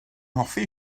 hoffi